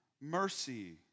mercy